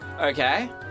Okay